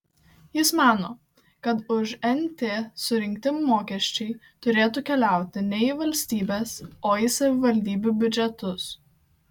jis mano kad už nt surinkti mokesčiai turėtų keliauti ne į valstybės o į savivaldybių biudžetus